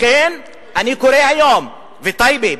לכן אני קורא היום, וטייבה.